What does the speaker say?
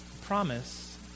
promise